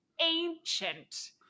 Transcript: ancient